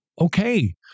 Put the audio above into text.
Okay